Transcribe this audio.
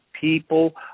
people